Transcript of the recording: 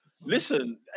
Listen